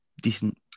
decent